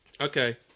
Okay